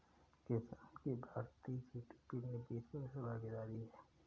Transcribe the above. किसान की भारतीय जी.डी.पी में बीस प्रतिशत भागीदारी है